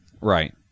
Right